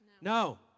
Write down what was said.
No